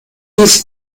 ließ